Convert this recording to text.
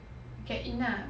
get in lah